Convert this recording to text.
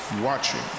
watching